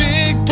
Big